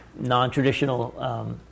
non-traditional